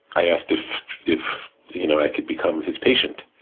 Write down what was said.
i asked if if you know i could become his patient.